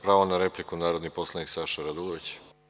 Pravo na repliku narodni poslanik Saša Radulović.